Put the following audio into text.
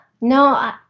no